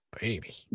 Baby